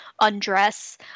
undress